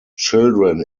children